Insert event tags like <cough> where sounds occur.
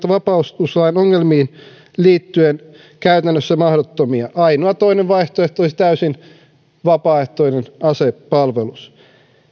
<unintelligible> vapautuslain ongelmiin liittyen olisivat käytännössä mahdottomia ainoa toinen vaihtoehto olisi täysin vapaaehtoinen asepalvelus